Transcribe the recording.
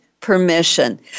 permission